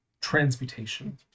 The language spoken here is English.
transmutation